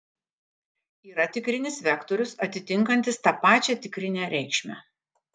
yra tikrinis vektorius atitinkantis tą pačią tikrinę reikšmę